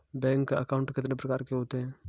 Bank account कितने प्रकार के होते हैं?